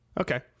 Okay